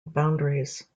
boundaries